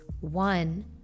one